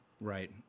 Right